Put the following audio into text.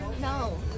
No